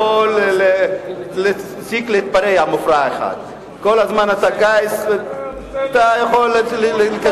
גיס חמישי, אתה יכול להפסיק להתפרע, מופרע אחד.